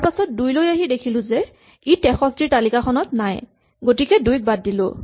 তাৰপাছত ২ লৈ আহি দেখিলো যে ই ৬৩ ৰ তালিকাখনত নাই গতিকে ২ ক বাদ দিলো